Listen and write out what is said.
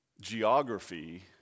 geography